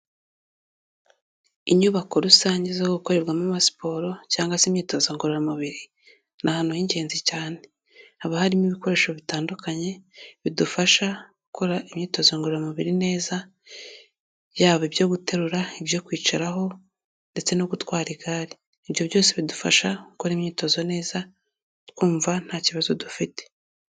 Inyubako rusange zo gukorerwamo amasiporo cyangwa se imyitozo ngororamubiri, ni ahantu h'ingenzi cyane, haba harimo ibikoresho bitandukanye bidufasha gukora imyitozo ngororamubiri neza, yaba ibyo guterura, ibyo kwicaraho ndetse no gutwara igare, ibyo byose bidufasha gukora imyitozo neza twumva nta kibazo dufite.